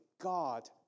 God